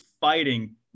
fighting